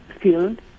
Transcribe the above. field